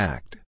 Act